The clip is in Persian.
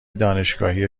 دانشگاهی